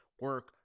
Work